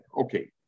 Okay